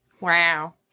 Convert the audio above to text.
Wow